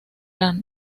las